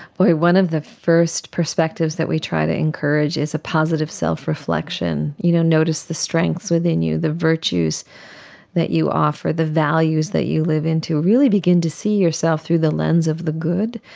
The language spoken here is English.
but one of the first perspectives that we try to encourage is a positive self-reflection, you know, notice the strengths within you, the virtues that you offer, the values that you live into, really begin to see yourself through the lens of the good,